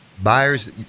Buyers